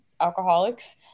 alcoholics